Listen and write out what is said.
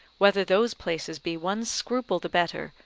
whether those places be one scruple the better,